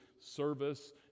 service